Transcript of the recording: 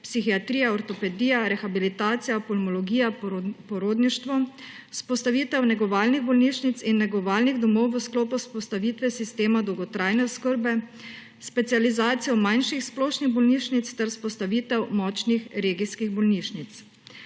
psihiatrija, ortopedija, rehabilitacija, pulmologija, porodništvo –, vzpostavitev negovalnih bolnišnic in negovalnih domov v sklopu vzpostavitve sistema dolgotrajne oskrbe, specializacijo manjših splošnih bolnišnic ter vzpostavitev močnih regijskih bolnišnic.